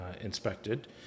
inspected